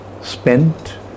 spent